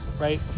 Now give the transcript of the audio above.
right